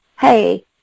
hey